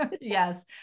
Yes